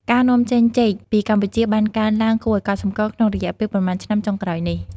ការនាំចេញចេកពីកម្ពុជាបានកើនឡើងគួរឱ្យកត់សម្គាល់ក្នុងរយៈពេលប៉ុន្មានឆ្នាំចុងក្រោយនេះ។